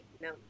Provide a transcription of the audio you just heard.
No